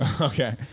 Okay